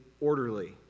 orderly